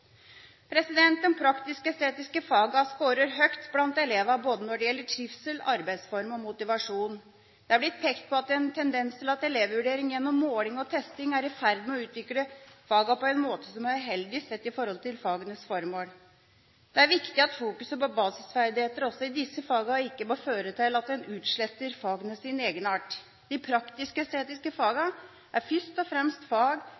skårer høyt blant elevene når det gjelder både trivsel, arbeidsform og motivasjon. Det er blitt pekt på en tendens til at elevvurdering gjennom måling og testing er i ferd med å utvikle fagene på en måte som er uheldig sett i forhold til fagenes formål. Det er viktig at fokuseringen på basisferdigheter også i disse fagene ikke må føre til at en utsletter fagenes egenart. De praktisk-estetiske fagene er først og fremst fag